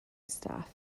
staff